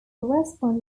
correspond